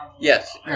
Yes